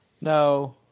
No